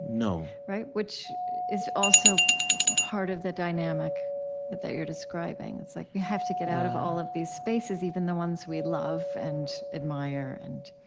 no, which is also part of the dynamic that that you're describing. it's like we have to get out of all of these spaces, even the ones we love and admire and,